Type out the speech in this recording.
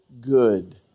good